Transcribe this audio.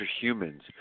humans